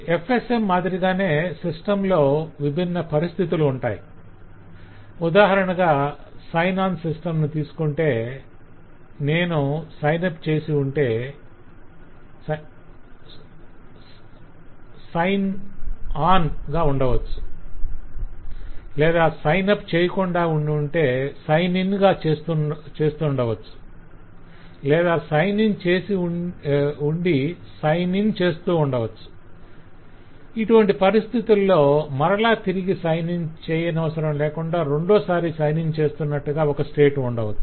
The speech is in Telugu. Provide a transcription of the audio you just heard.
FSM మాదిరిగానే సిస్టమ్ లో విభిన్న పరిస్థితులు ఉంటాయి - ఉదాహరణగా సైన్ ఆన్ సిస్టమ్ ను తీసుకొంటే నేను సైన్ అప్ చేసి ఉండి - సైన్ ఆన్ గా ఉండవచ్చు లేదా సైన్ అప్ చేయకుండా ఉండి -సైన్ ఇన్ చేస్తుండవచ్చు లేదా సైన్ ఇన్ చేసి ఉండి - సైన్ ఇన్ చేస్తూ ఉండవచ్చు అటువంటి పరిస్తితుల్లో మరల తిరిగి సైన్ ఇన్ చేయనవసారంలేకుండా రెండోసారి సైన్ ఇన్ చేస్తున్నట్లుగా ఒక స్టేట్ ఉండవచ్చు